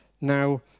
Now